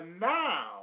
now